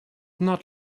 not